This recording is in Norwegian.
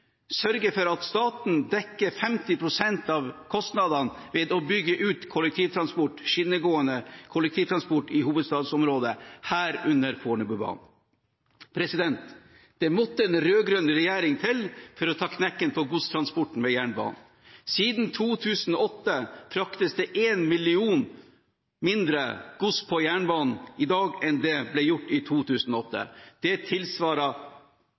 sørge for at staten dekker 50 pst. av kostnadene ved å bygge ut skinnegående kollektivtransport i hovedstadsområdet, herunder Fornebubanen. Det måtte en rød-grønn regjering til for å ta knekken på godstransporten på jernbanen. I dag fraktes det 1 million tonn mindre gods på jernbanen enn det ble gjort i 2008. Det tilsvarer